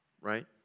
right